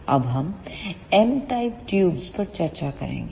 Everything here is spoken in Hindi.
अब हम एम टाइप ट्यूबोंM type tubes पर चर्चा करेंगे